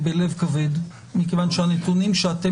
התקנות האלה מאושרות בלב כבד מכיוון שהנתונים שאתם